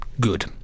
good